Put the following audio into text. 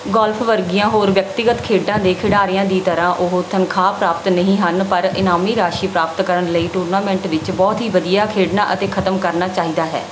golf ਵਰਗੀਆਂ ਹੋਰ ਵਿਅਕਤੀਗਤ ਖੇਡਾਂ ਦੇ ਖਿਡਾਰੀਆਂ ਦੀ ਤਰ੍ਹਾਂ ਉਹ ਤਨਖਾਹ ਪ੍ਰਾਪਤ ਨਹੀਂ ਹਨ ਪਰ ਇਨਾਮੀ ਰਾਸ਼ੀ ਪ੍ਰਾਪਤ ਕਰਨ ਲਈ ਟੂਰਨਾਮੈਂਟ ਵਿੱਚ ਬਹੁਤ ਹੀ ਵਧੀਆ ਖੇਡਣਾ ਅਤੇ ਖਤਮ ਕਰਨਾ ਚਾਹੀਦਾ ਹੈ